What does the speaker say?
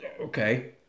Okay